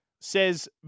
says